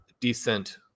decent